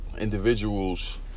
individuals